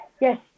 Yes